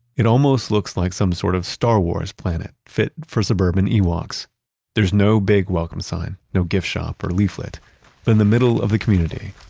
it almost looks like some sort of star wars planet, fit for suburban ewoks. there's no big welcome sign, no gift ah or leaflet. in the middle of the community,